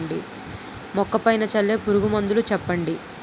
మొక్క పైన చల్లే పురుగు మందులు చెప్పండి?